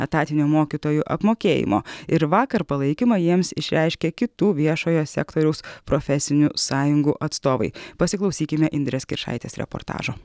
etatinio mokytojų apmokėjimo ir vakar palaikymą jiems išreiškė kitų viešojo sektoriaus profesinių sąjungų atstovai pasiklausykime indrės kiršaitės reportažo